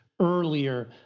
earlier